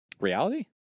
reality